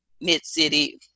Mid-City